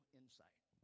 insight